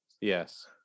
Yes